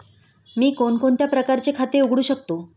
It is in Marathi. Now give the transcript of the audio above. मी कोणकोणत्या प्रकारचे खाते उघडू शकतो?